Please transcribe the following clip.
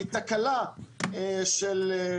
מתקלה של,